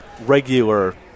regular